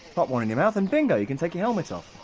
pop one in your mouth and bingo, you can take your helmet off.